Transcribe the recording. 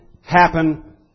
happen